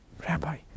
Rabbi